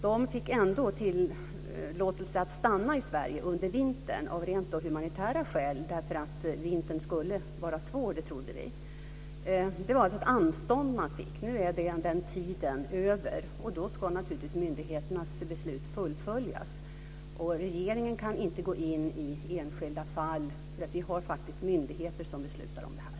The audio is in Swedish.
De fick ändå tillåtelse att stanna i Sverige under vintern, av rent humanitära skäl eftersom vi trodde att vintern skulle vara svår. Det var alltså ett anstånd man fick. Nu är den tiden över, och då ska naturligtvis myndigheternas beslut fullföljas. Regeringen kan inte gå in i enskilda fall. Vi har myndigheter som beslutar om det här.